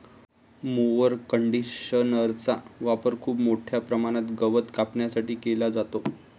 mower कंडिशनरचा वापर खूप मोठ्या प्रमाणात गवत कापण्यासाठी केला जातो